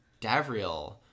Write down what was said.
Davriel